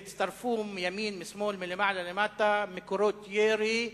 והצטרפו מימין, משמאל, מלמעלה, מלמטה, מקורות ירי,